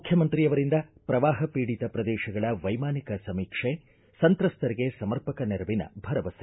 ಮುಖ್ಯಮಂತ್ರಿಯವರಿಂದ ಪ್ರವಾಪ ಪೀಡಿತ ಪ್ರದೇಶಗಳ ವೈಮಾನಿಕ ಸಮೀಕ್ಷೆ ಸಂತ್ರಸ್ತರಿಗೆ ಸಮರ್ಪಕ ನೆರವಿನ ಭರವಸೆ